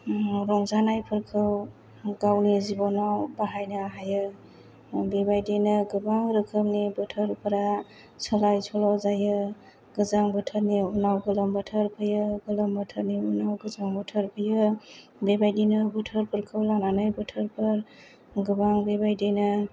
रंजानायफोरखौ गावनि जिबनाव बाहायनो हायो बेबायदिनो गोबां रोखोमनि बोथोरफ्रा सोलाय सोल' जायो गोजां बोथोरनि उनाव गोलोम बोथोर फैयो गोलोम बोथोरनि उनाव गोजां बोथोर फैयो बेबायदिनो बोथोरफोरखौ लानानै बोथोरफोर गोबां बेबायदिनो